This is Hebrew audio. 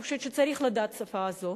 ואני חושבת שצריך לדעת את השפה הזאת,